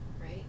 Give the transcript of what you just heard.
right